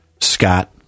Scott